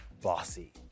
bossy